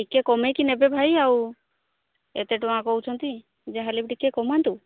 ଟିକେ କମେଇକି ନେବେ ଭାଇ ଆଉ ଏତେ ଟଙ୍କା କହୁଛନ୍ତି ଯାହା ହେଲେ ବି ଟିକେ କମାନ୍ତୁ